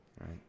Right